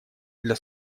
для